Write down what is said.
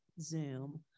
Zoom